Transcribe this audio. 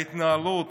ההתנהלות